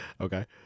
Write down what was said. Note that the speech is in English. Okay